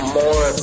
more